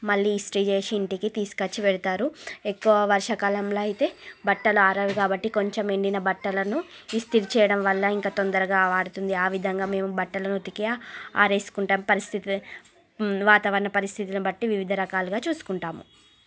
మళ్ళీ ఇస్త్రీ చేసి ఇంటికి తీసుకొచ్చి పెడతారు ఎక్కువ వర్షాకాలంలో అయితే బట్టలు ఆరవు కాబట్టి కొంచెం ఎండిన బట్టలను ఇస్త్రీ చేయడం వల్ల ఇంకా తొందరగా ఆరుతుంది ఆ విధంగా మేము బట్టలు ఉతికి ఆరేసుకుంటాము పరిస్థితి వాతావరణ పరిస్థితిని బట్టి వివిధ రకాలుగా చూసుకుంటాము